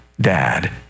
dad